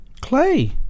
Clay